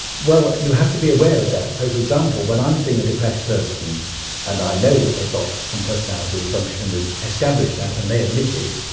well, you have to be aware of that. so, for example, when i'm seeing a depressed person and i know that they've got some personality dysfunction and we've established that and they admit it,